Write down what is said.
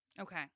Okay